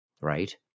right